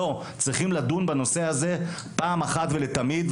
צריכים לדון בנושא הזה פעם אחת ולתמיד,